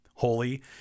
holy